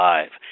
Live